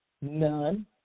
None